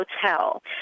hotel